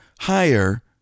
higher